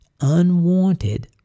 unwanted